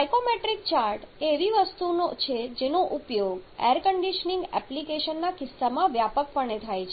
psychrometric chart એ એવી વસ્તુ છે જેનો ઉપયોગ એર કન્ડીશનીંગ એપ્લિકેશનના કિસ્સામાં વ્યાપકપણે થાય છે